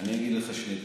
אני אגיד לך שני דברים,